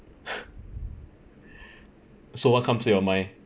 so what comes to your mind